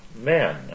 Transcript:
men